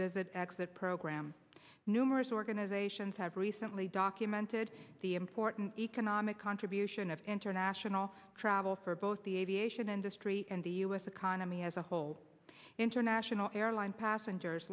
visit exit program numerous organizations have recently documented the important economic contribution of international travel for both the aviation industry and the u s economy as a whole all international airline passengers